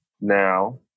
now